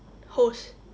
hose